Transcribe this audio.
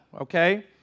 Okay